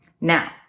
now